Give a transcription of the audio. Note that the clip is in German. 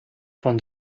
von